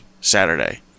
saturday